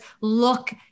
look